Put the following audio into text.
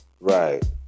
Right